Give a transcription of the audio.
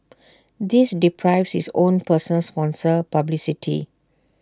this deprives his own person sponsor publicity